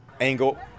angle